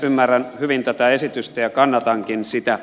ymmärrän hyvin tätä esitystä ja kannatankin sitä